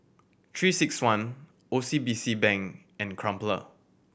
Three Six One O C B C Bank and Crumpler